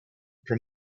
from